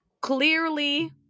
clearly